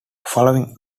following